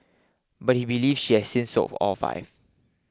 but he believes she has since sold all five